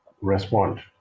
respond